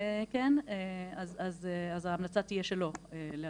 אז ההמלצה תהיה שלא לאשר,